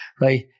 right